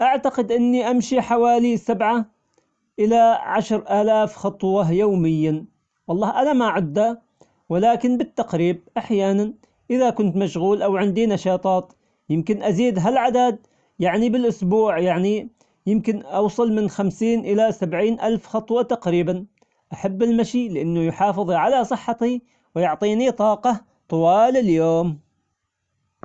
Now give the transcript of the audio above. أعتقد إني أمشي حوالي سبعة إلى عشر ألاف خطوة يوميا، والله أنا ما عده ولكن بالتقريب أحيانا إذا كنت مشغول أو عندي نشاطات يمكن أزيد هالعدد يعني بالأسبوع يعني يمكن أوصل من خمسين الى سبعين ألف خطوة تقريبا، أحب المشي لأنه يحافظ على صحتي ويعطيني طاقة طوال اليوم.